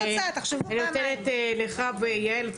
אני נותנת לך דניאל וליעל את זכות הדיבור,